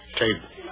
table